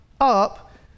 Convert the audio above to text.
up